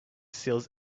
seals